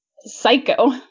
Psycho